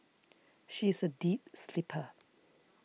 she is a deep sleeper